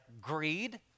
greed